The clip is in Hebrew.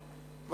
בהליכי ההפקעה.